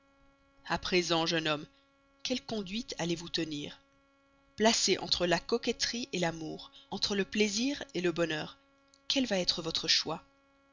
a présent jeune homme quelle conduite allez-vous tenir placé entre la coquetterie l'amour entre le plaisir le bonheur quel va être votre choix